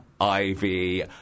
Ivy